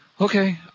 Okay